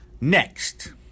next